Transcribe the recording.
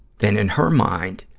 then in her mind,